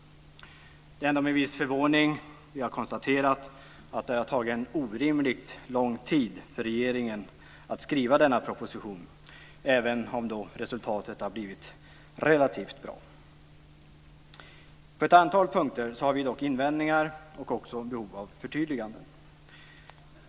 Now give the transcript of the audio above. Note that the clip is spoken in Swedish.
Det är ändå med viss förvåning som vi har konstaterat att det har tagit orimligt lång tid för regeringen att skriva denna proposition, även om resultatet har blivit relativt bra. På ett antal punkter har vi dock invändningar och också behov av förtydliganden.